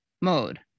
mode